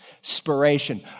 inspiration